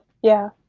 yeah,